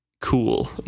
cool